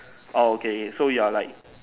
oh okay so you are like